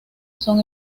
son